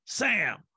Sam